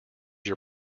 your